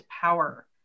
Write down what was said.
power